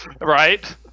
Right